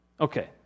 Okay